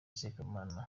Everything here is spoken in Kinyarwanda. sekamana